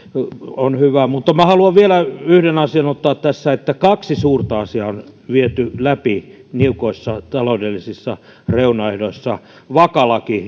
on hyvä haluan vielä yhden asian ottaa tässä esiin kaksi suurta asiaa on viety läpi niukoissa taloudellisissa reunaehdoissa vaka laki